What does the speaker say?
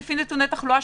לפי נתוני תחלואה,